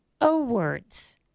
O-words